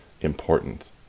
important